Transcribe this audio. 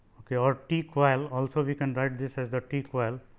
ok ah ah t coil also we can write this as the t coil.